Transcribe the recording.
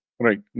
Right